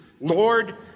Lord